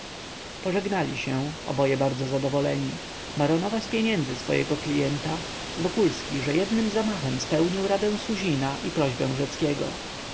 pożegnali się oboje bardzo zadowoleni baronowa z pieniędzy swojego klienta wokulski że jednym zamachem spełnił radę suzina i prośbę